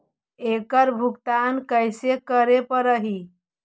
एकड़ भुगतान कैसे करे पड़हई?